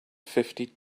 fifty